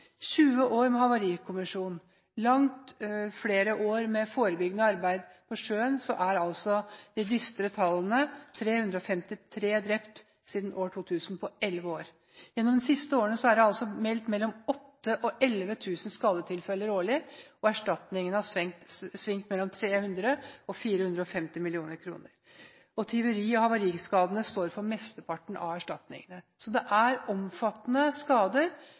20 år med Havarikommisjonen, og med langt flere år med forebyggende arbeid på sjøen, er de dystre tallene 353 mennesker drept siden år 2000 – altså på elleve år. Gjennom de siste årene er det meldt mellom 8 000 og 11 000 skadetilfeller årlig, og erstatningene har svingt mellom 300 og 450 mill. kr. Tyveri- og havariskadene står for mesteparten av erstatningene. Så det er omfattende skader.